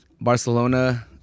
Barcelona